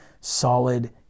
solid